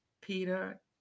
peter